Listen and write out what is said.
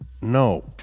no